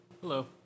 Hello